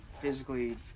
physically